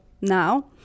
now